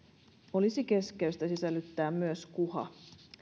olisi keskeistä sisällyttää myös kuha